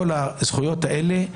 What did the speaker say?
כל הזכויות האלה,